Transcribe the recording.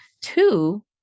Two